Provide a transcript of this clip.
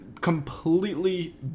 Completely